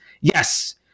Yes